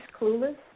clueless